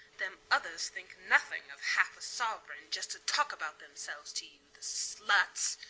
them others think nothing of half-a-sovereign just to talk about themselves to you, the sluts!